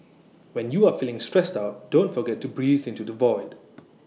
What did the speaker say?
when you are feeling stressed out don't forget to breathe into the void